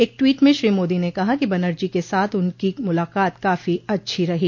एक टवीट में श्री मोदी ने कहा कि बनर्जी के साथ उनकी मुलाकात काफी अच्छी रही